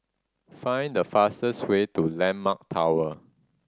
find the fastest way to Landmark Tower